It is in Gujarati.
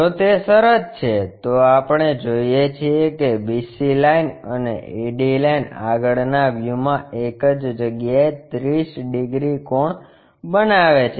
જો તે શરત છે તો આપણે જોઇએ છીએ કે BC લાઇન અને AD લાઈન આગળના વ્યૂમાં એક જ જગ્યાએ 30 ડિગ્રી કોણ બનાવે છે